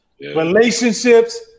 relationships